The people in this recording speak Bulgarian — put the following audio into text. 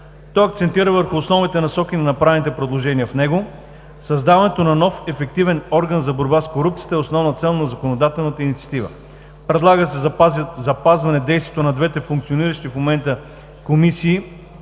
Той акцентира върху основните насоки на направените предложения в него. Създаването на нов „ефективен орган за борба с корупцията“ е основна цел на законодателната инициатива. Предлага се запазване действието на двете функциониращи в момента държавни